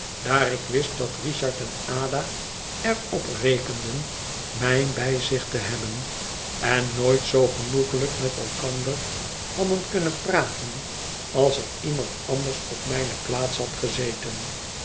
daar ik wist dat richard en ada er op rekenden mij bij zich te hebben en nooit zoo genoeglijk met elkander hadden kunnen praten als er iemand anders op mijne plaats had gezeten